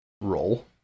roll